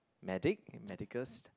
medic medicals